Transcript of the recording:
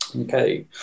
Okay